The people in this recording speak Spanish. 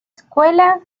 secuela